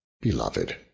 Beloved